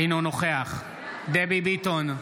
אינו נוכח דבי ביטון,